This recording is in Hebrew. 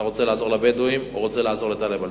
אתה רוצה לעזור לבדואים או לעזור לטלב אלסאנע?